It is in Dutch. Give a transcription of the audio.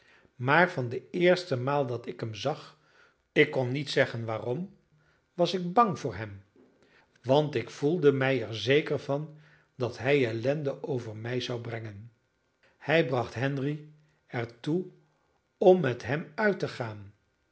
maar van de eerste maal dat ik hem zag ik kon niet zeggen waarom was ik bang voor hem want ik voelde mij er zeker van dat hij ellende over mij zou brengen hij bracht henry er toe om met hem uit te gaan